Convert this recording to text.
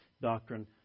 doctrine